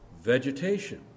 vegetation